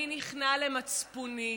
אני נכנע למצפוני.